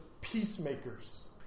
peacemakers